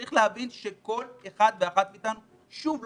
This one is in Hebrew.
צריך להבין שכל אחד ואחד מאתנו שוב,